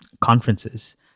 conferences